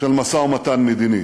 של משא-ומתן מדיני.